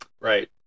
Right